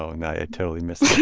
oh, and i ah totally missed it